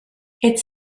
its